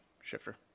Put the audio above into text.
shifter